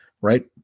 right